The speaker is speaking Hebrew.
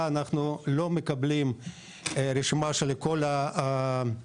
והעלייה אנחנו לא מקבלים רשימה של כל המנטרלים,